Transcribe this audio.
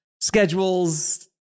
schedules